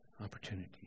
opportunity